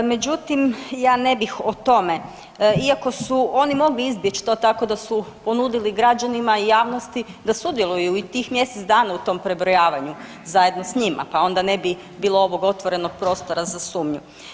Međutim, ja ne bih o tome iako su oni mogli izbjeći to tako da su ponudili građanima i javnosti da sudjeluje u tih mjesec dana u tom prebrojavanju zajedno s njima pa onda ne bi bilo ovog otvorenog prostora za sumnju.